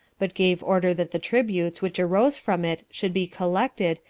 but gave order that the tributes which arose from it should be collected,